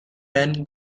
ben